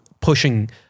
pushing